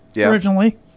originally